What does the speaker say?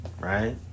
Right